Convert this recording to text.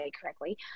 correctly